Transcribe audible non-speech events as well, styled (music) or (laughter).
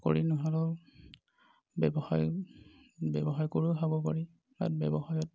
চাকৰি নহ'লেও ব্য়ৱসায় ব্য়ৱসায় কৰিও খাব পাৰি (unintelligible) ব্য়ৱসায়ত